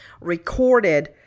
recorded